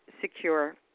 secure